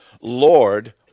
lord